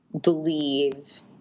believe